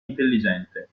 intelligente